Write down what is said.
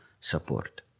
support